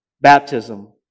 Baptism